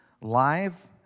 live